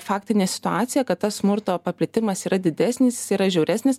faktinė situacija kad tas smurto paplitimas yra didesnis yra žiauresnis